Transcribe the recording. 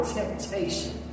temptation